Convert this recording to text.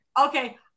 Okay